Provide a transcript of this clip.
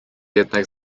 jednak